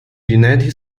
united